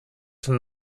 der